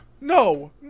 no